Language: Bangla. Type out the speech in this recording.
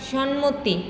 সম্মতি